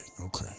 Okay